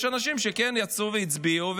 יש אנשים שכן יצאו והצביעו,